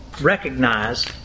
recognize